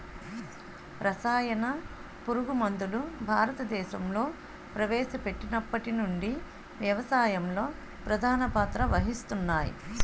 రసాయన పురుగుమందులు భారతదేశంలో ప్రవేశపెట్టినప్పటి నుండి వ్యవసాయంలో ప్రధాన పాత్ర వహిస్తున్నాయి